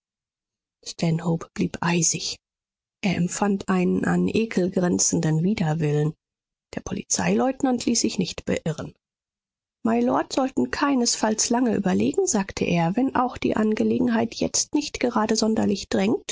blieb eisig er empfand einen an ekel grenzenden widerwillen der polizeileutnant ließ sich nicht beirren mylord sollten keinesfalls lange überlegen sagte er wenn auch die angelegenheit jetzt nicht gerade